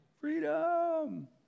Freedom